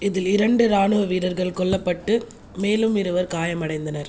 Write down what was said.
இதில் இரண்டு ராணுவ வீரர்கள் கொல்லப்பட்டு மேலும் இருவர் காயமடைந்தனர்